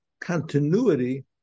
continuity